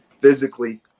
physically